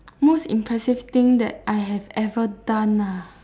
most impressive thing that I have ever done ah